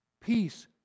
peace